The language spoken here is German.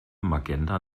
magenta